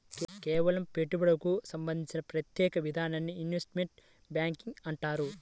కేవలం పెట్టుబడులకు సంబంధించిన ప్రత్యేక విభాగాన్ని ఇన్వెస్ట్మెంట్ బ్యేంకింగ్ అంటారు